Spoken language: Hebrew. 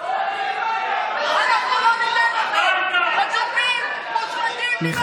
אנחנו לא ניתן לכם, מושחתים, נמאסתם.